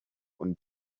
und